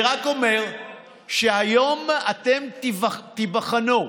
אני רק אומר היום שאתם תיבחנו,